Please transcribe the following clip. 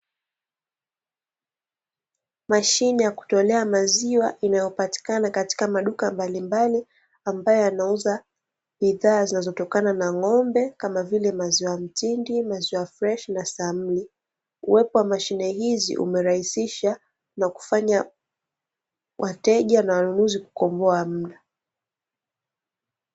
Mashine ya kutolea maziwa inayopatikana katika maduka mablimbali yanayouza bidhaa zinazotokana na ng'ombe kama vile maziwa mtindi, maziwa freshi na samli, uwepo wa mashine hizi umerahisisha na kufanya wateja na wanunuzi kukomboa mda.